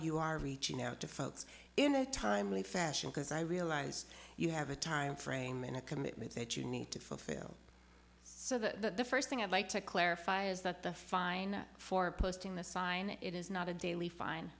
you are reaching out to folks in a timely fashion because i realize you have a timeframe and a commitment that you need to fulfill so the first thing i'd like to clarify is that the fine for posting this sign it is not a daily fine